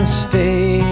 stay